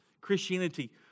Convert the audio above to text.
Christianity